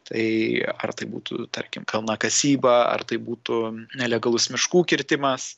tai ar tai būtų tarkim kalnakasyba ar tai būtų nelegalus miškų kirtimas